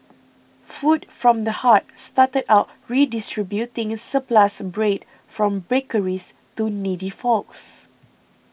food from the heart started out redistributing surplus bread from bakeries to needy folks